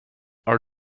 our